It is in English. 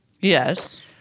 Yes